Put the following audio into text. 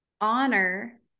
honor